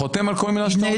חותם על כל מילה שאתה אומר.